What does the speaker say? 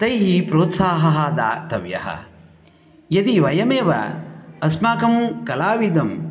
तैः प्रोत्साहः दातव्यः यदि वयमेव अस्माकं कलाविदं